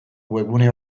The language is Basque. webgune